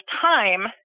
time